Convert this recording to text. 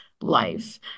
life